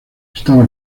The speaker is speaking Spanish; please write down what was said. estaba